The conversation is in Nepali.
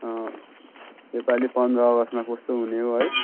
यो पाली पन्ध्र अगस्टमा कस्तो हुने हो है